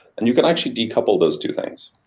and you can actually decouple those two things.